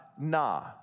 na